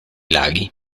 laghi